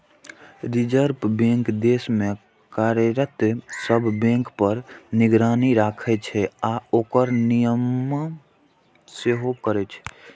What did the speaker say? reserve bank देश मे कार्यरत सब बैंक पर निगरानी राखै छै आ ओकर नियमन सेहो करै छै